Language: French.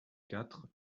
quatre